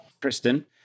Kristen